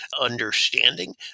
understanding